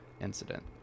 incident